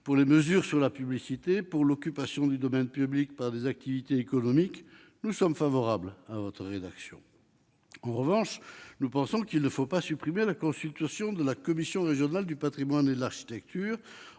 des mesures sur la publicité et de l'occupation du domaine public par des activités économiques, nous sommes favorables à votre texte. En revanche, nous pensons qu'il ne faut pas supprimer la consultation de la commission régionale du patrimoine et de l'architecture,